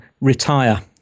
retire